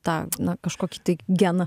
tą na kažkokį tai geną